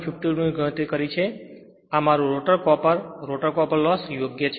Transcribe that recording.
52 ની ગણતરી કરી છે આ મારું rotor copper rotor copper loss યોગ્ય છે